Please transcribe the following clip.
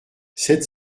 sept